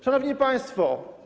Szanowni Państwo!